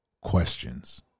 questions